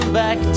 back